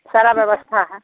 सारी व्यवस्था है